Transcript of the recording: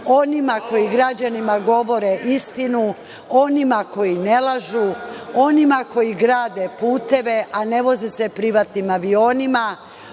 onima koji građanima govore istinu, onima koji ne lažu, onima koji grade puteve, a ne voze se privatnim avionima,